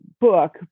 book